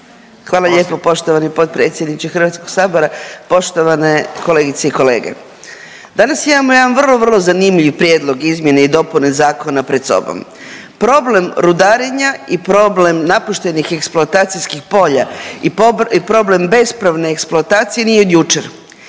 Hvala lijepo poštovani potpredsjedniče Hrvatskog sabora. Poštovane kolegice i kolege, danas imamo jedan vrlo, vrlo zanimljiv prijedlog izmjene i dopune zakona pred sobom. Problem rudarenja i problem napuštenih eksploatacijskih polja i problem bespravne eksploatacije nije od jučer.